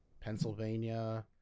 Pennsylvania